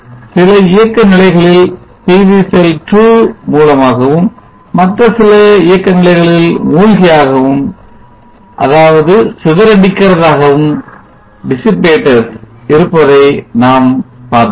சில இயக்க நிலைகளில் PV செல் 2 மூலமாகவும் மற்ற சில இயக்க நிலைகளில் மூழ்கியாகவும் அதாவது சிதறடிக்கிறதாகவும் இருப்பதை நாம் பார்த்தோம்